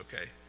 okay